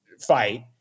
fight